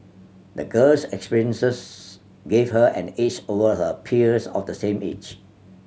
the girl's experiences gave her an edge over her peers of the same age